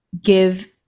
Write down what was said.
give